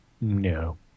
No